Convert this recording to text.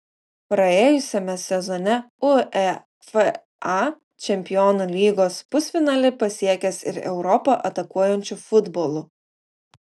praėjusiame sezone uefa čempionų lygos pusfinalį pasiekęs ir europą atakuojančiu futbolu